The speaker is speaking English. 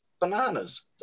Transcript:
bananas